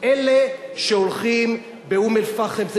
שכהנא יצעדו באום-אל-פחם או